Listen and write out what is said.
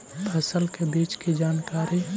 फसल के बीज की जानकारी?